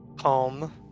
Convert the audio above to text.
home